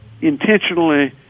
intentionally